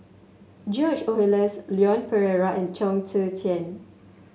George Oehlers Leon Perera and Chong Tze Chien